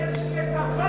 איילת שקד גם.